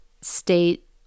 state